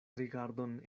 rigardon